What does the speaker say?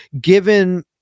Given